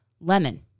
lemon